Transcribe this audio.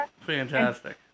Fantastic